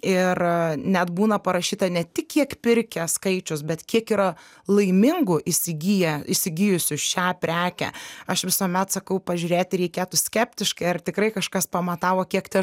ir net būna parašyta ne tik kiek pirkę skaičius bet kiek yra laimingų įsigiję įsigijusių šią prekę aš visuomet sakau pažiūrėti reikėtų skeptiškai ar tikrai kažkas pamatavo kiek tie